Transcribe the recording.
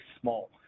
small